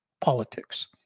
politics